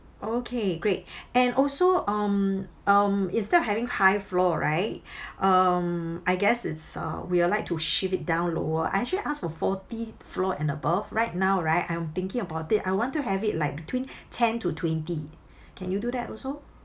okay great and also um um instead of having high floor right um I guess it's uh we would like to shift it down lower I actually asked for forty floor and above right now right I'm thinking about it I want to have it like between ten to twenty can you do that also